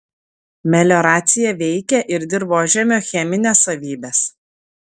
melioracija veikia ir dirvožemio chemines savybes